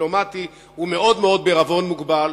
דיפלומטי הוא מאוד-מאוד בעירבון מוגבל,